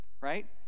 right